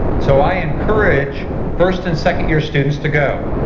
so i encourage first and second year students to go.